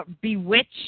Bewitched